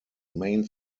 main